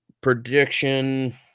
Prediction